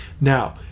Now